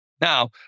Now